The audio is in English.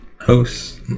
hosts